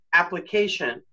application